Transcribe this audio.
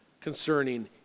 concerning